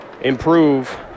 improve